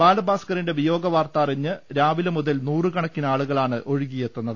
ബാല ഭാസ്കറിന്റെ വിയോഗ വാർത്ത അറിഞ്ഞ് രാവിലെ മുതൽ നൂറുക്കണക്കിന് ആളുകളാണ് ഒഴുകിയെത്തുന്നത്